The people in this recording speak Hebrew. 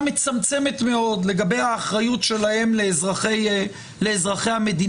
מצמצמת מאוד לגבי האחריות שלהם לאזרחי המדינה.